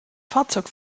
fahrzeug